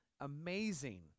amazing